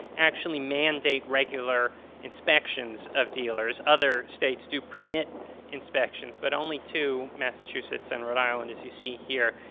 actually mandate regular inspections of dealers. other states do permit inspections. but only two, massachusetts and rhode island, as you see here,